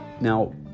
Now